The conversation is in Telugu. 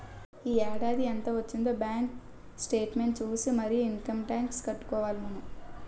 ఈ ఏడాది ఎంత వొచ్చిందే బాంకు సేట్మెంట్ సూసి మరీ ఇంకమ్ టాక్సు కట్టుకోవాలి మనం